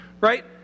Right